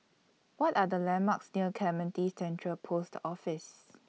What Are The landmarks near Clementi Central Post Office